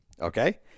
okay